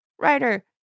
writer